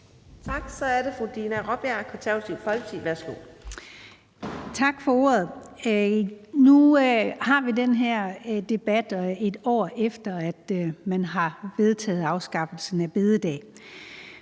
Tak for ordet. Nu har vi den her debat, et år efter at man vedtog afskaffelsen af store bededag.